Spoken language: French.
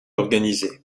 organisées